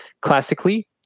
classically